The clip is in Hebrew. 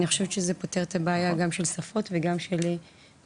אני חושבת שזה פותר את הבעיה גם של שפות וגם של קשישים.